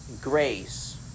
grace